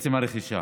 עצם הרכישה.